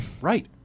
Right